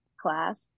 class